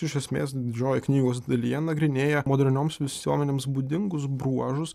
iš esmės didžioji knygos dalyje nagrinėja modernioms visuomenėms būdingus bruožus